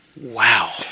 wow